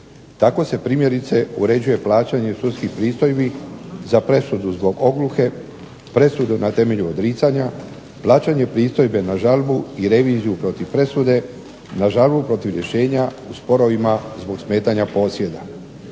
Tako se primjerice uređuje plaćanje sudskih pristojbi za presudu zbog ogluhe, presudu na temelju odricanja, plaćanje pristojbe na žalbu i reviziju protiv presude, na žalbu protiv rješenja u sporovima zbog smetanja posjeda.